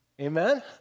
Amen